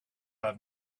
have